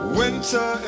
winter